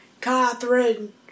Catherine